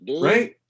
right